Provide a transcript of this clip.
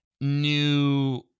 new